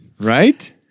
Right